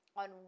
on